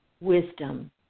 wisdom